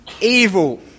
evil